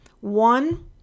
One